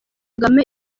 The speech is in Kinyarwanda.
kagame